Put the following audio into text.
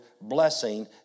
blessing